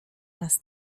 nas